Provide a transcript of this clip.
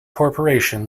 corporation